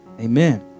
Amen